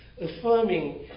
affirming